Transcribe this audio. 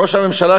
ראש הממשלה,